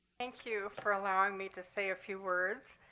thank you for allowing me to say a few words.